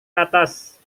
atas